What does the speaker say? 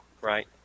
Right